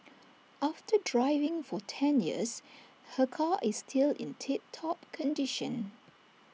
after driving for ten years her car is still in tip top condition